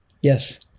Yes